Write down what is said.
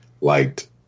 liked